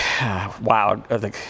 wow